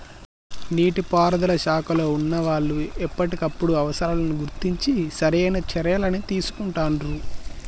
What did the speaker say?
నీటి పారుదల శాఖలో వున్నా వాళ్లు ఎప్పటికప్పుడు అవసరాలను గుర్తించి సరైన చర్యలని తీసుకుంటాండ్రు